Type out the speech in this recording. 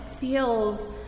feels